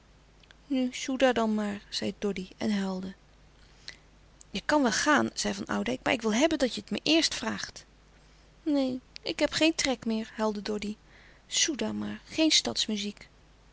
soedah dan maar zei doddy en huilde je kan wel gaan zei van oudijck maar ik wil hebben dat je het me eerst vraagt neen ik heb geen trek meer huilde doddy soedah maar geen